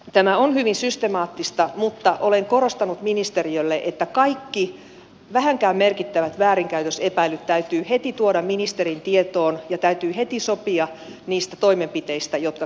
tämä on hyvin systemaattista mutta olen korostanut ministeriölle että kaikki vähänkään merkittävät väärinkäytösepäilyt täytyy heti tuoda ministerin tietoon ja täytyy heti sopia niistä toimenpiteistä jotka käynnistetään